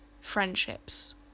friendships